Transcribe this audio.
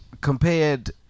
Compared